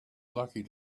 lucky